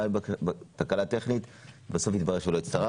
היתה לי תקלה טכנית והתברר שלא הצטרפתי.